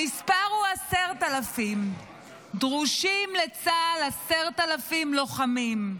המספר הוא 10,000. דרושים לצה"ל 10,000 לוחמים.